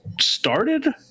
started